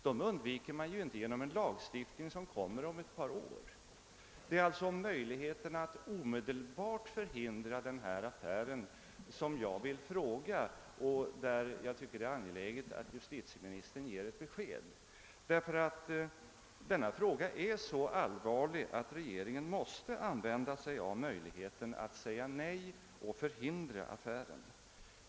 Det gör man inte genom en lagstiftning som kommer om ett par år. Det är alltså möjligheterna att omedelbart förhindra denna affär som min fråga gäller. Jag finner det angeläget att justitieministern ger ett besked, eftersom saken är så allvarlig att regeringen måste utnyttja sina möjligheter att förhindra affären.